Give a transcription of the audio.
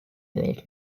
world